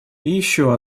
еще